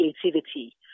creativity